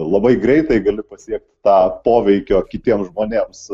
labai greitai gali pasiekti tą poveikio kitiems žmonėms